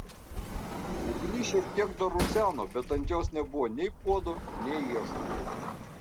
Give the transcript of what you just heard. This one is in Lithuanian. ugnis šiek tiek dar ruseno bet ant jos nebuvo nei puodo nei iešmo